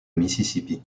mississippi